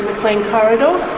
clean corridor,